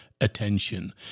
attention